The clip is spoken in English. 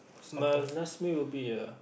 my last meal would be a